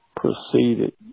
proceeded